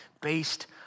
based